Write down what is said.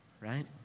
right